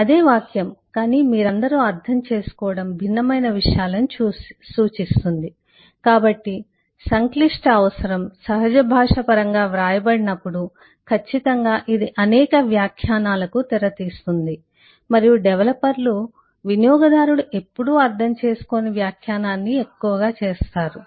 అదే వాక్యం కానీ మీరందరూ అర్థం చేసుకోవడం భిన్నమైన విషయాలను సూచిస్తుంది కాబట్టి సంక్లిష్ట అవసరం సహజ భాష పరంగా వ్రాయబడినప్పుడు ఖచ్చితంగా ఇది అనేక వ్యాఖ్యానాలకు తెర తీస్తోంది మరియు డెవలపర్లు వినియోగదారుడు ఎప్పుడూ అర్థం చేసుకోని వ్యాఖ్యానాన్ని ఎక్కువగా చేస్తారు